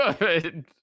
good